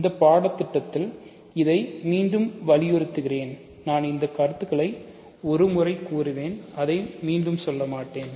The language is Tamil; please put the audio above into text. இந்த பாடத்திட்டத்தில் இதை மீண்டும் வலியுறுத்துகிறேன் நான் இந்த கருத்துக்களை ஒரு முறை கூறுவேன் அதை மீண்டும் சொல்ல மாட்டேன்